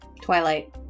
Twilight